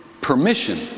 permission